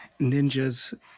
Ninjas